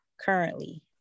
currently